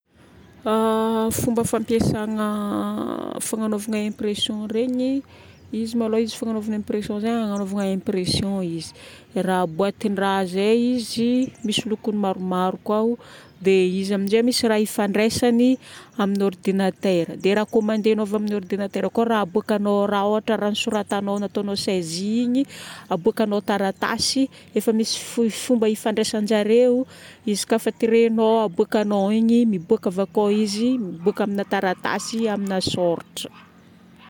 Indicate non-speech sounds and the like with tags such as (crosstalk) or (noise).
(hesitation) Fomba fampiasagna fagnanovagna impression regny: izy maloha izy fagnanovagna impression zegny agnanovagna impression izy. Raha- boatin-draha zay izy, misy lokony maromaro koa ao. Dia izy amin'izay misy raha ifandraisany amin'ny ordinatera. Dia raha commander-nao avy amin'ny ordinatera koa raha aboakanao ao. Raha ôhatra raha nisoratagnao nataonao saisie igny aboakanao taratasy, efa misy foi- fomba ifandraisan-jareo izy ka fa tiregnao, aboakanao igny, miboaka avy akao izy. Miboaka amina taratasy, amina sôratra.